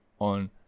on